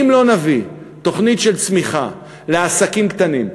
אם לא נביא תוכנית של צמיחה לעסקים קטנים,